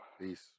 Peace